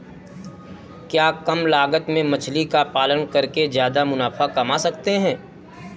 क्या कम लागत में मछली का पालन करके ज्यादा मुनाफा कमा सकते हैं?